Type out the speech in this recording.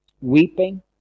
weeping